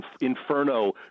Inferno